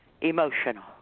emotional